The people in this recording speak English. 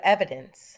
Evidence